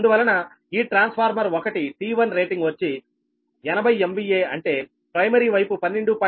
అందువలన ఈ transformer 1 T1 rating వచ్చి 80 MVA అంటే ప్రైమరీ వైపు 12